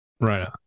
right